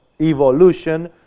evolution